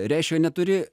reiškia neturi